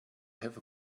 have